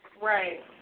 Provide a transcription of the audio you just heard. Right